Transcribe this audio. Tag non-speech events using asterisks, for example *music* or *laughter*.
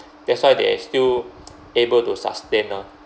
*noise* that's why they are still *noise* able to sustain lah